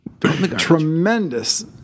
Tremendous